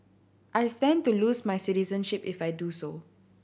I stand to lose my citizenship if I do so